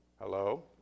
Hello